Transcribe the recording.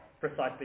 precisely